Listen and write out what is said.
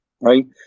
Right